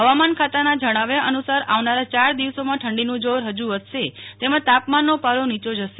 હવામાન ખાતાના જણાવ્યા અનુસાર આવનારા યાર દિવસોમાં ઠંડીનું જોર હજું વધશે તેમજ તાપમાનનો પારો નીચો જશે